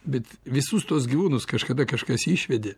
bet visus tuos gyvūnus kažkada kažkas išvedė